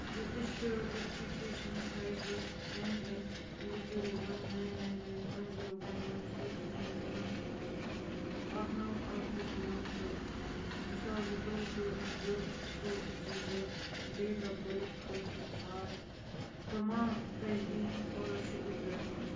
registered application I D N H two zero one nine nine nine one zero one one six nine one six اَکھ نَو اَکھ زیٖرو نَو تہٕ زٕ ساس زٕتووُہ ٹُہ زٕ ٹُہ زٕ زٕ ڈیٹ آف بٔرتھ خٲطرٕ ژھار تمام تجدیٖد سٕکالرشپٕکۍ درخواستہٕ